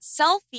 selfie